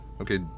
okay